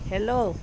hello